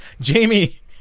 jamie